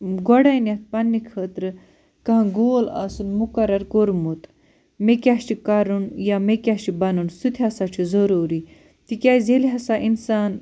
گۄڈینٮ۪تھ پَنٕنہِ خٲطرٕ کانٛہہ گول آسُن مُقرر کوٚرمُت مےٚ کیٛاہ چھُ کَرُن یا مےٚ کیٛاہ چھُ بَنُن سُہ تہِ ہسا چھُ ضروٗری تِکیٛازِ ییٚلہِ ہسا اِنسان